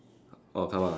oh come out ah